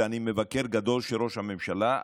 ואני מבקר גדול של ראש הממשלה,